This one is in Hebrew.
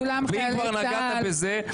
אם כבר נגעת בזה,